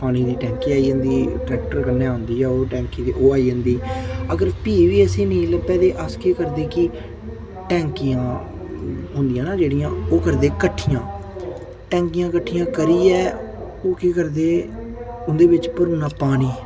पानी दी टैंकी आई जंदी ट्रैक्टर कन्नै आंदी ओह् टैंकी ते ओह् आई जंदी अगर फ्ही बी असेंगी नेईं लब्भै अस केह् करदे कि टैंकियां होंदियां न जेह्ड़ियां ओह् करदे किट्ठियां टैंकियां किट्ठियां करियै ओह् केह् करदे उंदे बिच्च भरी ओड़ना पानी